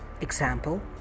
Example